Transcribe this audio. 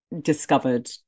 discovered